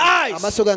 eyes